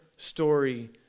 story